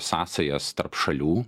sąsajas tarp šalių